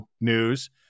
News